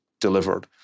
delivered